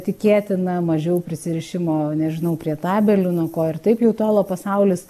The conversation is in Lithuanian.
tikėtina mažiau prisirišimo nežinau prie tabelių nuo ko ir taip jau tolo pasaulis